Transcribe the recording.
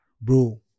bro